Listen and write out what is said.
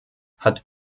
hat